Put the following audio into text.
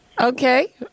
Okay